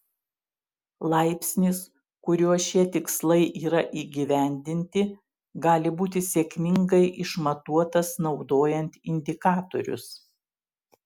laipsnis kuriuo šie tikslai yra įgyvendinti gali būti sėkmingai išmatuotas naudojant indikatorius